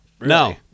No